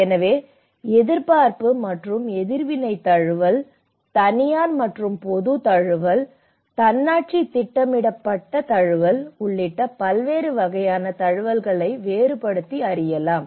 எனவே எதிர்பார்ப்பு மற்றும் எதிர்வினை தழுவல் தனியார் மற்றும் பொது தழுவல் மற்றும் தன்னாட்சி திட்டமிடப்பட்ட தழுவல் உள்ளிட்ட பல்வேறு வகையான தழுவல்களை வேறுபடுத்தி அறியலாம்